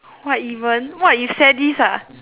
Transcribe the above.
what even !wah! you sadist ah